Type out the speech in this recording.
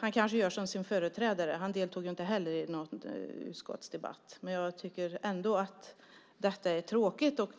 Han kanske gör som sin företrädare; han deltog inte heller i någon utskottsdebatt. Men jag tycker ändå att det är tråkigt.